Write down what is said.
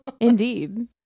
indeed